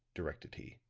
directed he.